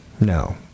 No